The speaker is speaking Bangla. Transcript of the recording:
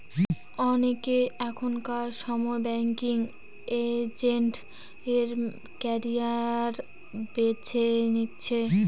অনেকে এখনকার সময় ব্যাঙ্কিং এজেন্ট এর ক্যারিয়ার বেছে নিচ্ছে